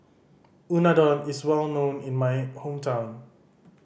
unadon is well known in my hometown